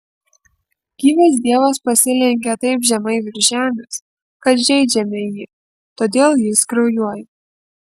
gyvas dievas pasilenkia taip žemai virš žemės kad žeidžiame jį todėl jis kraujuoja